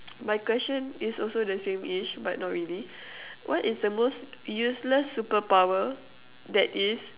my question is also the sameish but not really what is the most useless super power that is